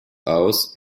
aus